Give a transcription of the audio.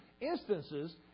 instances